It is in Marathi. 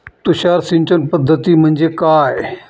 तुषार सिंचन पद्धती म्हणजे काय?